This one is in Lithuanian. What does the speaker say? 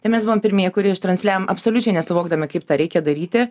tai mes buvom pirmieji kurie ištransliavom absoliučiai nesuvokdami kaip tą reikia daryti